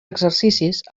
exercicis